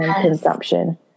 consumption